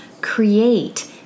create